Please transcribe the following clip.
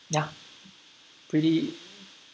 ya pretty